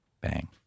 Bang